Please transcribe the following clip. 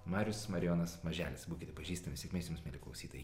marius marijonas maželis būkite pažįstami sėkmės jums mieli klausytojai